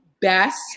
best